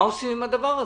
מה עושים עם הדבר הזה?